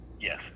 Yes